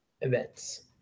events